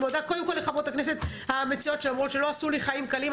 אני מודה קודם כל לחברות הכנסת המצוינות שלא עשו לי חיים קלים,